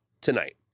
tonight